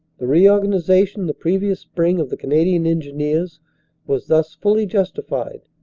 the re-organization the previous spring of the canadian engineers was thus fully justified,